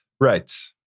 Right